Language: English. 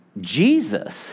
Jesus